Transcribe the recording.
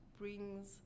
brings